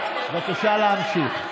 ולא סתם בעקבות